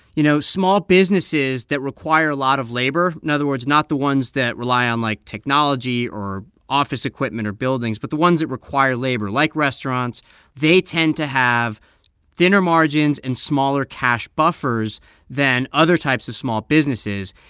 you know, small businesses that require a lot of labor in other words, not the ones that rely on, like, technology or office equipment or buildings. but the ones that require labor, like restaurants they tend to have thinner margins and smaller cash buffers than other types of small businesses,